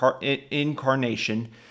incarnation